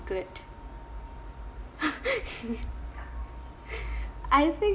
I think